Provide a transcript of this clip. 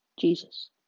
Jesus